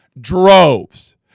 droves